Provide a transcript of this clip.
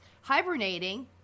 hibernating